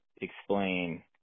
explain